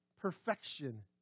perfection